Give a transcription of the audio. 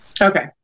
Okay